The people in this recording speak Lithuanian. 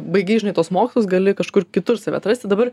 baigei žinai tuos mokslus gali kažkur kitur save atrasti dabar